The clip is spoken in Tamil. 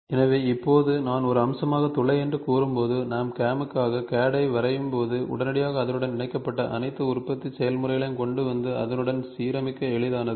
எனவே இப்போது நான் ஒரு அம்சமாக துளை என்று கூறும்போது நான் CAM க்காக CAD ஐ வரையும்போது உடனடியாக அதனுடன் இணைக்கப்பட்ட அனைத்து உற்பத்தி செயல்முறைகளையும் கொண்டு வந்து அதனுடன் சீரமைக்க எளிதானது